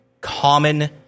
common